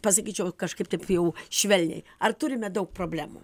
pasakyčiau kažkaip taip jau švelniai ar turime daug problemų